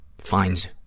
finds